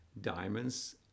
diamonds